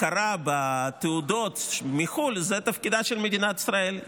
הכרה בתעודות מחו"ל זה תפקידה של מדינת ישראל,